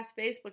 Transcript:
Facebook